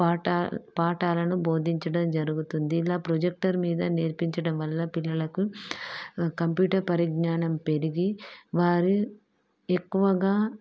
పాఠాలు పాఠాలను బోధించడం జరుగుతుంది ఇలా ప్రొజెక్టర్ మీద నేర్పించడం వల్ల పిల్లలకు కంప్యూటర్ పరిఙ్ఞానం పెరిగి వారి ఎక్కువగా